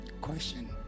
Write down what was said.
Question